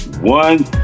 One